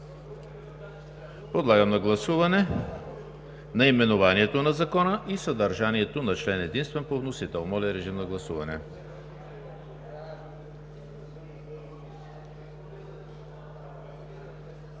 Подлагам на гласуване наименованието на Закона и съдържанието на член единствен по вносител. Гласували